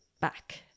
back